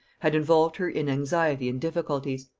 had involved her in anxiety and difficulties.